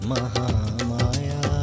Mahamaya